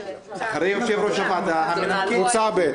אחרי יושב-ראש הוועדה, המנמקים, קוצבה ב'.